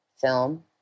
film